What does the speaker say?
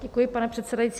Děkuji, pane předsedající.